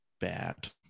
bad